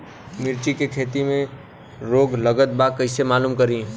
मिर्ची के खेती में रोग लगल बा कईसे मालूम करि?